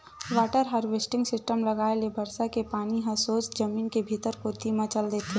water harvesting system लगाए ले बरसा के पानी ह सोझ जमीन के भीतरी कोती म चल देथे